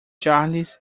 charles